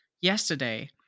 yesterday